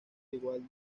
igual